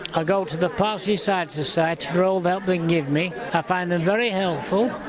i go to the partially sighted society for all the help they can give me. i find them very helpful,